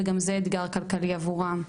וגם זה אתגר כלכלי עבורם,